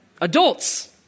Adults